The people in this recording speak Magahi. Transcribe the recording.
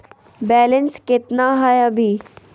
बैलेंस केतना हय अभी?